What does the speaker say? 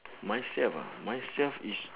myself myself is